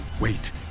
Wait